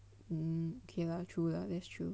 mm ok lah true lah that's true